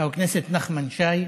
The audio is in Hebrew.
חבר הכנסת נחמן שי,